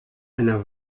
einer